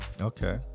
okay